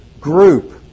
group